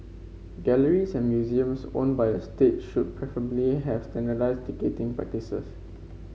galleries and museums owned by the state should preferably have standardised ticketing practices